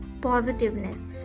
positiveness